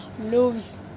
lose